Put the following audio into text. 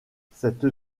cette